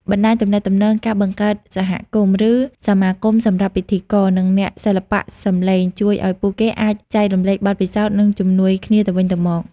បណ្ដាញទំនាក់ទំនង ការបង្កើតសហគមន៍ ឬសមាគមសម្រាប់ពិធីករ និងអ្នកសិល្បៈសំឡេងជួយឲ្យពួកគេអាចចែករំលែកបទពិសោធន៍ និងជំនួយគ្នាទៅវិញទៅមក។